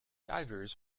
divers